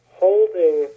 holding